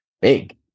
big